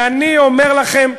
ואני אומר לכם,